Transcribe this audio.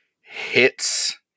hits